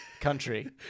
Country